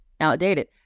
outdated